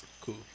Cool